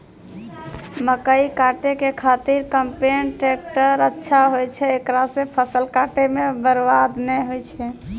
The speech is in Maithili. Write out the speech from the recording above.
मकई काटै के खातिर कम्पेन टेकटर अच्छा होय छै ऐकरा से फसल काटै मे बरवाद नैय होय छै?